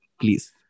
Please